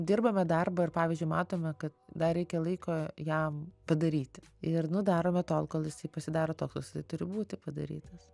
dirbame darbą ir pavyzdžiui matome kad dar reikia laiko jam padaryti ir nu darome tol kol jisai pasidaro toks koks jisai turi būti padarytas